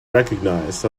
recognized